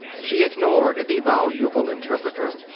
she ignored the voluble interpreter.